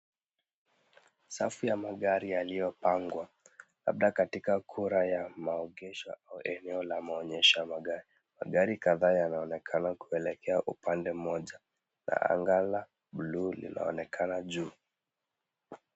Safu ya magari yaliyopangwa, labda katika kura ya maegesho au eneo la maonyesho ya magari. Magari kadhaa yanaonekana kuelekea upande mmoja na anga la buluu linaonekana juu.